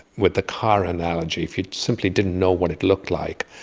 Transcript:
with the car analogy, if you simply didn't know what it looked like,